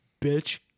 bitch